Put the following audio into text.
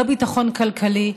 לא ביטחון כלכלי,